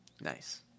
Nice